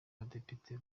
abadepite